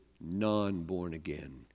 non-born-again